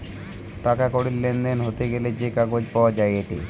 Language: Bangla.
টাকা কড়ির লেনদেন হতে গ্যালে যে কাগজ পাওয়া যায়েটে